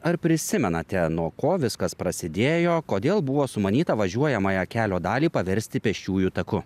ar prisimenate nuo ko viskas prasidėjo kodėl buvo sumanyta važiuojamąją kelio dalį paversti pėsčiųjų taku